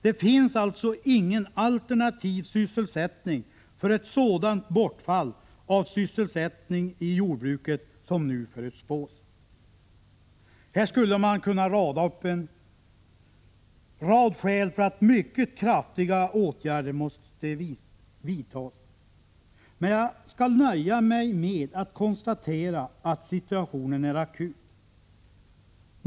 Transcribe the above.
Det finns alltså ingen alternativ sysselsättning för ett sådant bortfall av sysselsättning i jordbruket som nu förutspås. Här skulle man kunna räkna upp en rad skäl för att mycket kraftiga åtgärder måste vidtas, men jag skall nöja mig med att konstatera att situationen är akut.